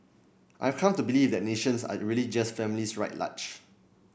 I've come to believe that nations are really just families writ large